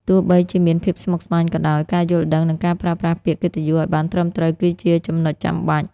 ទោះបីជាមានភាពស្មុគស្មាញក៏ដោយ ការយល់ដឹង និងការប្រើប្រាស់ពាក្យកិត្តិយសឱ្យបានត្រឹមត្រូវគឺជាចំណុចចាំបាច់។